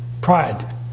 pride